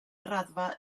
raddfa